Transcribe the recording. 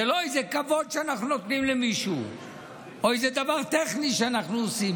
זה לא איזה כבוד שאנחנו נותנים למישהו או איזה דבר טכני שאנחנו עושים,